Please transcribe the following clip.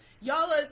Y'all